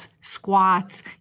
squats